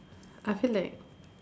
I feel like